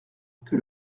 que